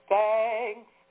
thanks